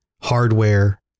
hardware